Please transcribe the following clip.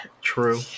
True